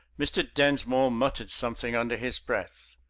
mr. densmore muttered something under his breath.